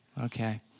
Okay